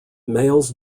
males